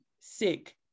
sick